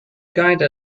guide